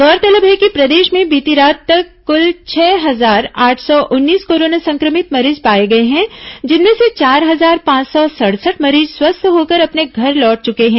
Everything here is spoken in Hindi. गौरतलब है कि प्रदेश में बीती रात तक कुल छह हजार आठ सौ उन्नीस कोरोना संक्रमित मरीज पाए गए हैं जिनमें से चार हजार पांच सौ सड़सठ मरीज स्वस्थ होकर अपने घर लौट चुके हैं